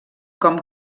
com